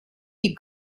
die